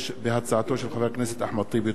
הצעתו של חבר הכנסת אחמד טיבי.